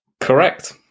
Correct